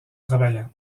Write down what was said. travaillant